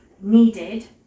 needed